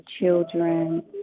children